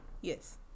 yes